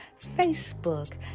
Facebook